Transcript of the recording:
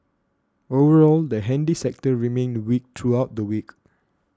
overall the handy sector remained weak throughout the week